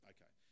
Okay